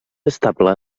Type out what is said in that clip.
estable